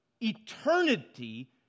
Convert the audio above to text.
eternity